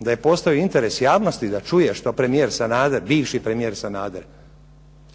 da je postojao interes javnosti da čuje što premijer Sanader, bivši premijer Sanader